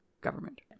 government